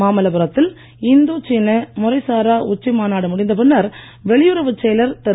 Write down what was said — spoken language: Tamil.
மாமல்லபுரத்தில் இந்தோ சீன முறைசாரா உச்சி மாநாடு முடிந்த பின்னர் வெளியுறுவுச் செயலர் திரு